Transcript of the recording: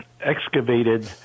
excavated